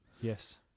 yes